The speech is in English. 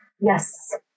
yes